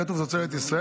כתוב: תוצרת ישראל,